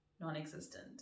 non-existent